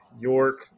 York